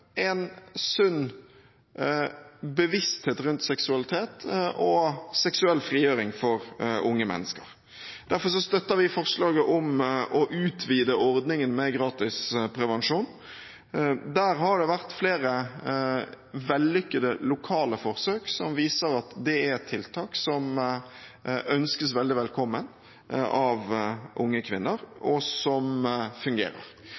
en sunn bevissthet rundt seksualitet og seksuell frigjøring for unge mennesker. Derfor støtter vi forslaget om å utvide ordningen med gratis prevensjon. Der har det vært flere vellykkede lokale forsøk som viser at det er et tiltak som ønskes veldig velkommen av unge kvinner, og som fungerer,